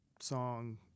song